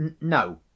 No